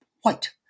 white